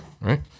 right